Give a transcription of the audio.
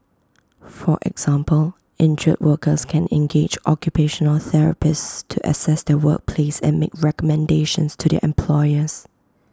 for example injured workers can engage occupational therapists to assess their workplace and make recommendations to their employers